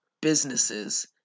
businesses